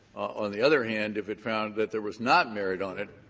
on the other hand, if it found that there was not merit on it,